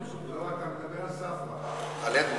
לא, אתה מדבר על ספרא, על אדמונד.